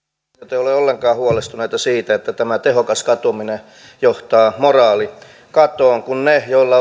te ole ollenkaan huolestuneita siitä että tämä tehokas katuminen johtaa moraalikatoon kun ne joilla